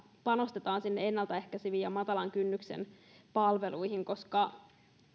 panostaa sinne ennaltaehkäiseviin ja matalan kynnyksen palveluihin koska